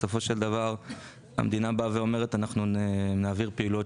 בסופו של דבר המדינה באה ואומרת אנחנו נעביר פעילויות